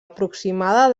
aproximada